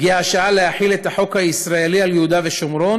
הגיעה השעה להחיל את החוק הישראלי על יהודה ושומרון